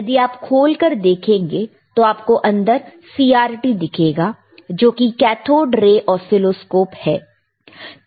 यदि आप खोल कर देखेंगे तो आपको अंदर CRT दिखेगा जो की कैथोड रे ऑसीलोस्कोप है